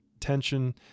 tension